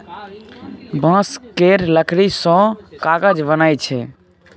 बांस केर लकड़ी सँ कागज बनइ छै